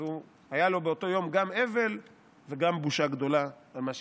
אז היה לו באותו יום גם אבל וגם בושה גדולה על מה שהתרחש.